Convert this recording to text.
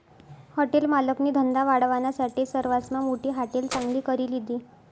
hotel मालकनी धंदा वाढावानासाठे सरवासमा मोठी हाटेल चांगली करी लिधी